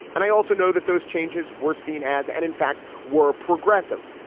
and i also know that those changes were seen as and in fact, were progressive.